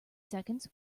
seconds